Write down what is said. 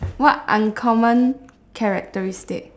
what uncommon characteristic